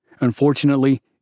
Unfortunately